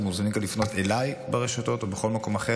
אתם מוזמנים גם לפנות אליי ברשתות או בכל מקום אחר,